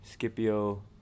Scipio